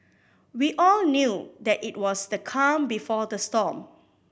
we all knew that it was the calm before the storm